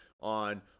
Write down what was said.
on